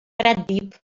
pratdip